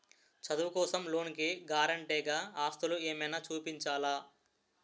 చదువు కోసం లోన్ కి గారంటే గా ఆస్తులు ఏమైనా చూపించాలా?